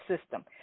system